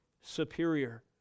superior